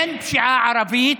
אין פשיעה ערבית.